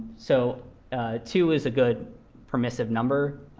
so two is a good permissive number.